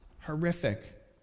Horrific